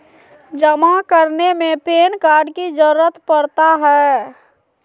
जमा करने में पैन कार्ड की जरूरत पड़ता है?